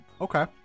Okay